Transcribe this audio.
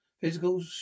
physical